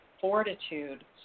fortitude